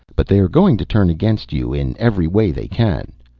but they are going to turn against you in every way they can.